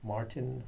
Martin